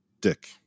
Dick